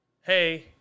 Hey